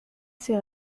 ses